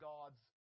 God's